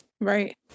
Right